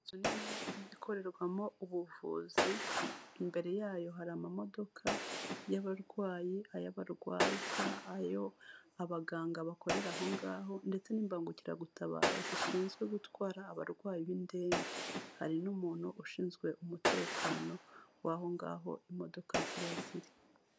Inzu nini ikorerwamo ubuvuzi, imbere yayo hari amamodoka y'abarwayi, ay'abarwaza, ay'abaganga bakorera aho ngaho, ndetse n'imbagukiragutabara zishinzwe gutwara abarwayi b'indembe, hari n'umuntu ushinzwe umutekano w'aho ngaho imodoka ziba ziri.